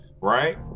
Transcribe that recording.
right